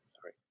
Sorry